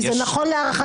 כי זה נכון להערכתי לרכז.